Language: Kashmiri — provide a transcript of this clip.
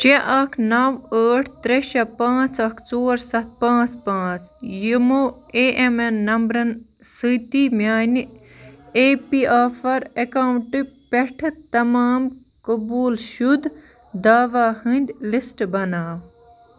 شےٚ اَکھ نَو ٲٹھ ترٛےٚ شےٚ پانٛژ اَکھ ژور سَتھ پانٛژ پانٛژ یِمَو اےٚ ایم این نمبٕرَن سۭتی میٛانہِ اے پی آفر اکاؤنٹہٕ پٮ۪ٹھٕ تمام قبوٗل شُد داوا ہٕنٛدۍ لِسٹ بناو